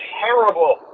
terrible